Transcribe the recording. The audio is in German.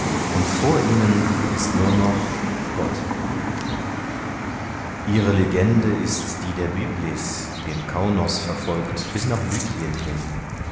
und vor ihnen ist nur noch gott ihre legende ist die der byblis die den kaunos verfolgt bis nach lykien hin